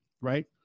right